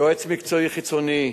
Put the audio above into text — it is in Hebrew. יועץ מקצועי חיצוני,